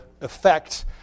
effect